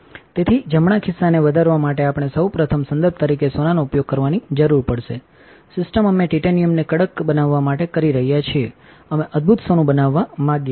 તેથીજમણા ખિસ્સાને વધારવા માટે આપણે સૌ પ્રથમ સંદર્ભ તરીકે સોનાનો ઉપયોગ કરવાની જરૂર પડશે સિસ્ટમ અમે ટિટેનિયમને કડક બનાવવા માટે કરી રહ્યા છીએ જે અમે અદ્ભુત સોનું બનવા માંગીએ છીએ